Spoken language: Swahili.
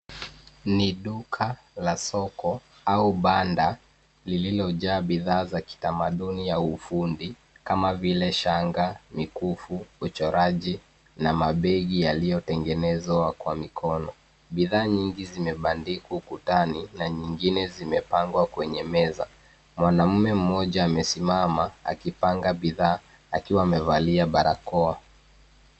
Ni duka la soko au banda lililojaa bidhaa za kitamaduni ya ufundi kama vile shanga, mikufu, uchoraji na mabegi yaliyotengenezwa kwa mikono. Bidhaa nyingi zimebandikwa ukutani na nyingine zimepangwa kwenye meza. Mwanamume moja amesimama akipanga bidhaa akiwa amevalia barakoa.